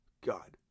God